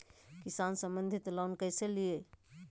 किसान संबंधित लोन कैसै लिये?